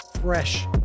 fresh